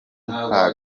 nta